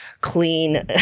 clean